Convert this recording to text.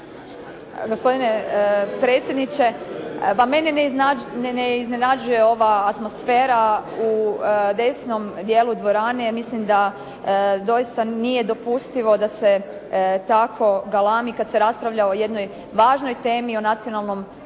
Gospodine predsjedniče, da mene ne iznenađuje ova atmosfera u desnom dijelu dvorane, ja mislim da doista nije dopustivo da se tako galami kada se raspravlja o jednoj važnoj temi o nacionalnom